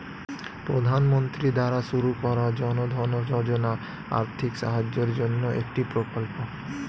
প্রধানমন্ত্রী দ্বারা শুরু করা জনধন যোজনা আর্থিক সাহায্যের জন্যে একটি প্রকল্প